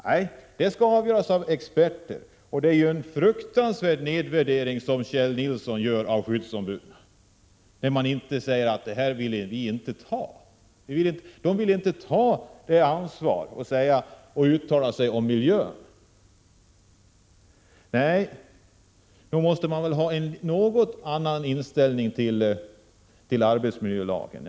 Nej, det skall avgöras av experter. Det är en fruktansvärd nedvärdering av skyddsombuden som Kjell Nilsson gör när han säger att de inte vill ta detta ansvar och uttala sig om miljön. Nej, nog måste man ha en något annan inställning till arbetsmiljölagen.